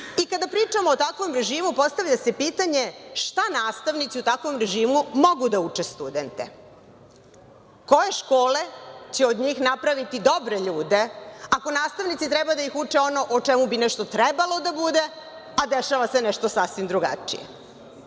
I kada pričamo o takvom režimu postavlja se pitanje šta nastavnici u takvom režimu mogu da uče studente.10/3 VS/LŽKoje škole će od njih napraviti dobre ljude, ako nastavnici treba da ih uče ono o čemu bi nešto trebalo da bude, a dešava se nešto sasvim drugačije.